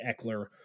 Eckler